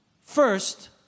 first